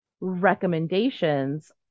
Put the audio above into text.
recommendations